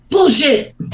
Bullshit